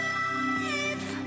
life